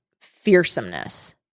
fearsomeness